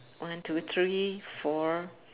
one two three four